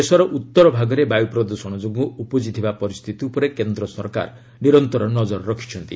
ଦେଶର ଉତ୍ତରଭାଗରେ ବାୟୁ ପ୍ରଦୂଷଣ ଯୋଗୁଁ ଉପୁଜିଥିବା ପରିସ୍ଥିତି ଉପରେ କେନ୍ଦ୍ର ସରକାର ନିରନ୍ତର ନଜର ରଖିଛନ୍ତି